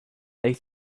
they